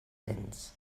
béns